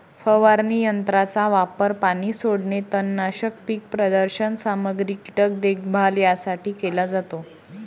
फवारणी यंत्राचा वापर पाणी सोडणे, तणनाशक, पीक प्रदर्शन सामग्री, कीटक देखभाल यासाठी केला जातो